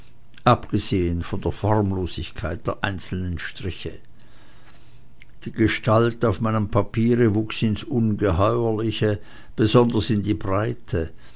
abgesehen von der formlosigkeit der einzelnen striche die gestalt auf meinem papiere wuchs ins ungeheuerliche besonders in die breite